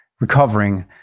recovering